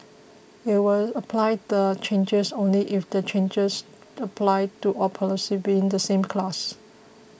we will apply the changes only if the changes apply to all policies within the same class